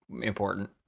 important